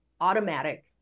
automatic